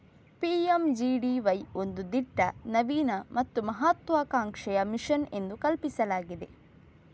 PMGDY ಒಂದು ದಿಟ್ಟ, ನವೀನ ಮತ್ತು ಮಹತ್ವಾಕಾಂಕ್ಷೆಯ ಮಿಷನ್ ಎಂದು ಕಲ್ಪಿಸಲಾಗಿದೆ